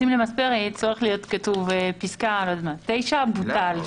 אם רוצים למספר, יצטרך להיות כתוב פסקה: (9) בוטל.